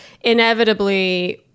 inevitably